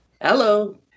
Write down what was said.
Hello